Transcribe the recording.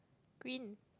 green